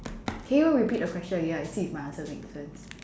can you repeat the question again I see if my answer makes sense